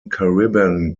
caribbean